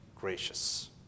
gracious